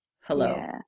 Hello